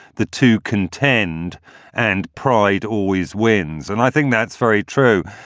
the two contend and pride always wins. and i think that's very true.